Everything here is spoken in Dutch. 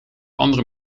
andere